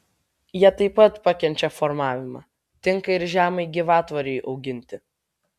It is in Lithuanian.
jie taip pat pakenčia formavimą tinka ir žemai gyvatvorei auginti